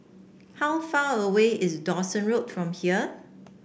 how far away is Dawson Road from here